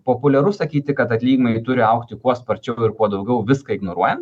populiaru sakyti kad atlyginimai turi augti kuo sparčiau ir kuo daugiau viską ignoruojant